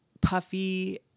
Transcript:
puffy